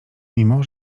mimo